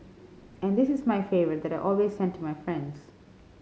and this is my favourite that I always send to my friends